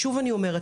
שוב אני אומרת,